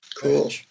Cool